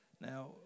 Now